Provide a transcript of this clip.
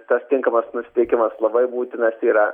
tas tinkamas nusiteikimas labai būtinas yra